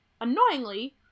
Annoyingly